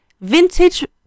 vintage